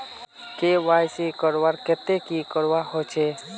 KYC करवार केते की करवा होचए?